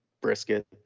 Brisket